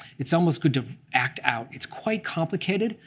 it's almost good to act out. it's quite complicated,